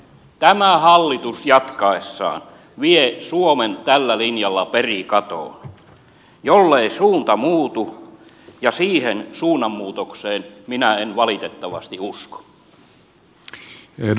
tämä hallitus jatkaessaan vie suomen tällä linjalla perikatoon jollei suunta muutu ja siihen suunnanmuutokseen minä en valitettavasti usko